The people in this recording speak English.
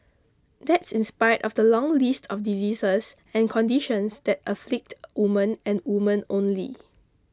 that's in spite of the long list of diseases and conditions that afflict women and women only